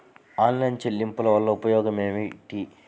Online చెల్లింపుల వల్ల ఉపయోగమేమిటీ?